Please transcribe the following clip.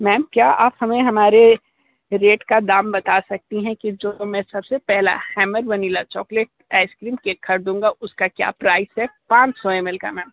ma'am क्या आप हमें हमारे रेट का दाम बता सकती हैं कि जो मैं सबसे पहले hammer vanilla chocolate ice cream cake का दूंगा उसका क्या प्राइज़ है पाँच सौ एम एल का मैम